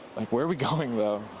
like where are we going? they're